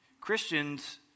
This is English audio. Christians